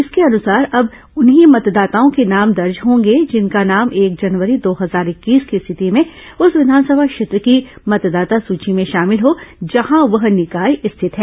इसके अनुसार अब उन्हीं मतदाताओं के नाम दर्ज होंगे जिनका नाम एक जनवरी दो हजार इक्कीस की स्थिति में उस विघानसभा क्षेत्र की मतदाता सूची में शामिल हो जहां वह निकाय स्थित है